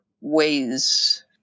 ways